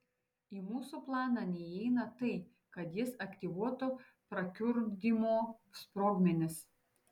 į mūsų planą neįeina tai kad jis aktyvuotų prakiurdymo sprogmenis